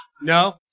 No